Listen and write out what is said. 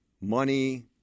money